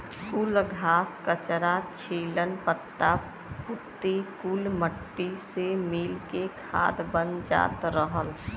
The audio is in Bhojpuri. कुल घास, कचरा, छीलन, पत्ता पुत्ती कुल मट्टी से मिल के खाद बन जात रहल